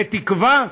בתקווה,